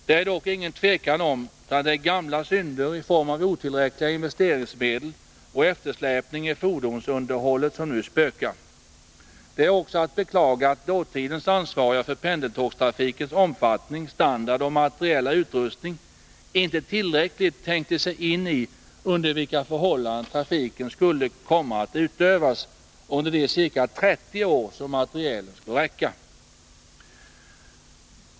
Det är dock inget tvivel om att det är gamla synder i form av otillräckliga investeringsmedel och eftersläpning i fordonsunderhållet som nu spökar. Det är också att beklaga att dåtidens ansvariga för pendeltågstrafikens omfattning, standard och materiella utrustning inte tillräckligt tänkte sig in i de förhållanden under vilka trafiken skulle komma att utövas under de ca 30 år som materielen skall räcka.